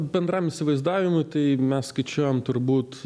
bendram įsivaizdavimui tai mes skaičiuojam turbūt